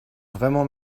vraiment